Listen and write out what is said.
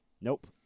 Nope